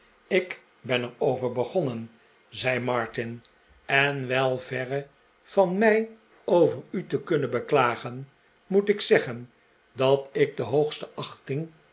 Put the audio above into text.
ik ben er over begonnen zei martin en wel verre van mij over u te kunnen beklagen moet ik zeggen dat ik de hoogste achting